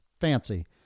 Fancy